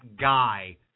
guy